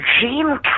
...Jean